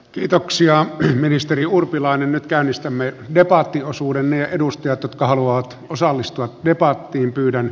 kiitoksia ja ministeri urpilainen käynnistämme ja vaati osuudemme edustajat jotka haluavat osallistua ja paattiin pyydän